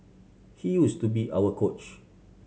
he use to be our coach